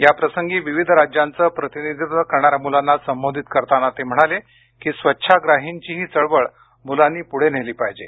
याप्रसंगी विविध राज्यांचं प्रतिनिधीत्व करणाऱ्या मुलांना संबोधित करताना ते म्हणाले की स्वच्छाग्राहींची ही चळवळ मुलांनी पुढे नेली पाहिजे